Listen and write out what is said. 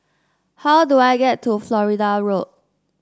how do I get to Florida Road